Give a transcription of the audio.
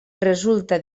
resulta